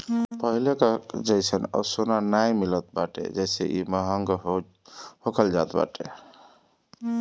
पहिले कअ जइसन अब सोना नाइ मिलत बाटे जेसे इ महंग होखल जात बाटे